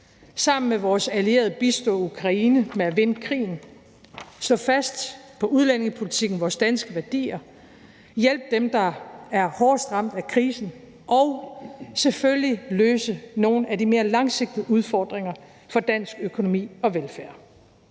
sammen med vores allierede bistå Ukraine med at vinde krigen, og som skal stå fast på udlændingepolitikken og vores danske værdier og hjælpe dem, der er hårdest ramt af krisen, og selvfølgelig løse nogle af de mere langsigtede udfordringer for dansk økonomi og velfærd.